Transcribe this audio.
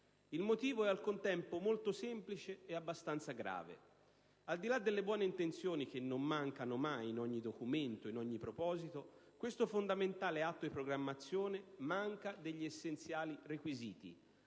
Il motivo è al contempo molto semplice e abbastanza grave: al di là delle buone intenzioni, che non mancano mai in ogni documento e in ogni proposito, questo fondamentale atto di programmazione manca degli essenziali requisiti.